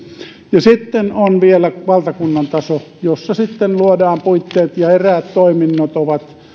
sitten on vielä valtakunnan taso jossa sitten luodaan puitteet ja eräät toiminnot